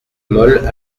mole